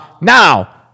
now